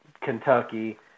Kentucky